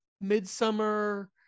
Midsummer